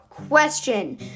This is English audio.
question